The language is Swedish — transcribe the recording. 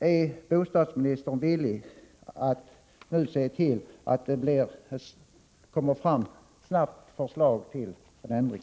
Är bostadsministern villig att nu se till att det snabbt kommer fram förslag till en ändring?